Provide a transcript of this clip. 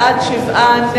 שבעה בעד,